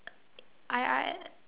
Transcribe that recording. I R